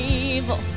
evil